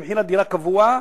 שמחיר הדירה קבוע,